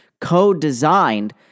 co-designed